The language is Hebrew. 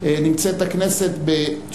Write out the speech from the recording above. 31 באוקטובר 2011,